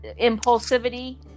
impulsivity